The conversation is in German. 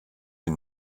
die